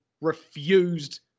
refused